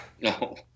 No